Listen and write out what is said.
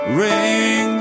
ring